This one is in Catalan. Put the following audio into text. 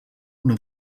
una